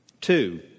Two